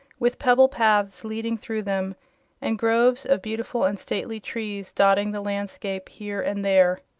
with pebble paths leading through them and groves of beautiful and stately trees dotting the landscape here and there.